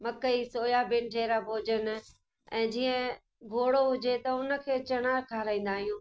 मकई सोयाबीन जहिड़ा भोजन ऐं जीअं घोड़ो हुजे त उनखे चणा खाराईंदा आहियूं